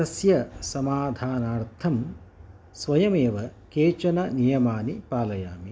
तस्य समाधानार्थं स्वयमेव कानिचन नियमानि पालयामि